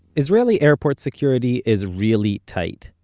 israeli airport security is really tight,